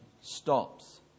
stops